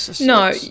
no